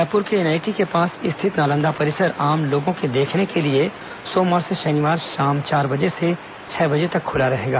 रायपुर के एनआईटी के पास स्थित नालंदा परिसर आम लोगों के देखने के लिए सोमवार से शनिवार शाम चार बजे से छह बजे तक खुला रहेगा